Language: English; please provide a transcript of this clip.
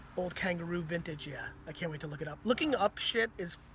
old kangaroo vintage, yeah i can't wait to look it up. looking up shit is,